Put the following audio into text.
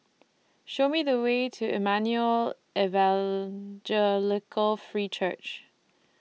Show Me The Way to Emmanuel Evangelical Free Church